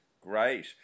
Great